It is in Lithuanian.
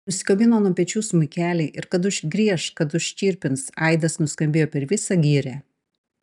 nusikabino nuo pečių smuikelį ir kad užgrieš kad užčirpins aidas nuskambėjo per visą girią